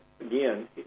again